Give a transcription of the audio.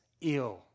ill